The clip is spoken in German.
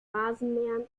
rasenmähern